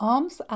Arms